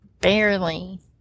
Barely